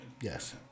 Yes